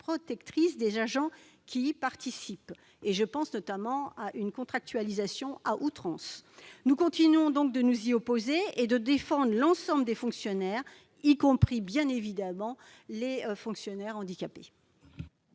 des agents qui y concourent, au profit d'une contractualisation à outrance. Nous continuons de nous y opposer et de défendre l'ensemble des fonctionnaires, y compris, bien entendu, les fonctionnaires handicapés.